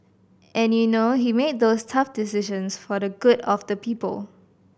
and you know he made those tough decisions for the good of the people